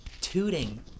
tooting